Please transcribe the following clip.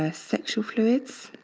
ah sexual fluids.